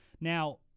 Now